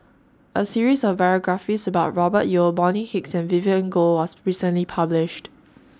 A series of biographies about Robert Yeo Bonny Hicks and Vivien Goh was recently published